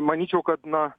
manyčiau kad na